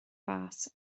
mheas